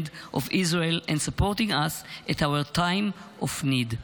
of Israel and supporting us at our time of need.